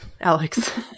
Alex